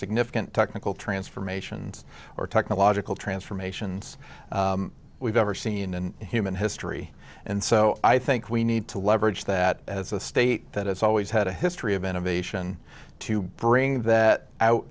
significant technical transformations or technological transformations we've ever seen in human history and so i think we need to leverage that as a state that has always had a history of innovation to bring that out